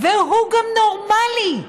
והוא גם נורמלי.